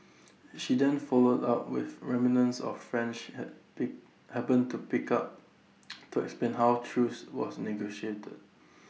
she then followed up with remnants of French happy happened to pick up to explain how truce was negotiated